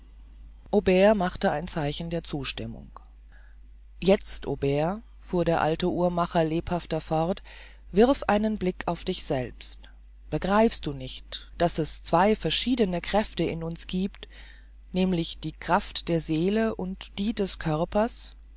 machte ein zeichen der zustimmung jetzt aubert fuhr der alte uhrmacher lebhafter fort wirf einen blick auf dich selbst begreifst du nicht daß es zwei verschiedene kräfte in uns giebt nämlich die kraft der seele und die des körpers